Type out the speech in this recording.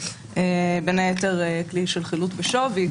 בין היתר כלי של חילוט בשווי.